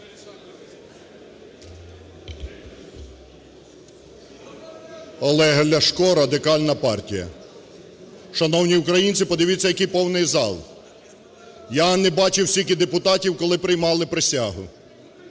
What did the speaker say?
Олег Ляшко, Радикальна партія. Шановні українці, подивіться, який повний зал. Я не бачив стільки депутатів, коли приймали присягу.